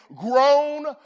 grown